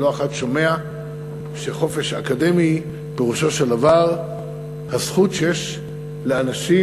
לא אחת אני שומע שחופש אקדמי פירושו הזכות שיש לאנשים,